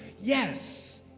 Yes